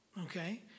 okay